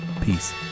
Peace